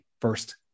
first